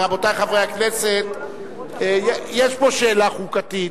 רבותי חברי הכנסת, יש פה שאלה חוקתית,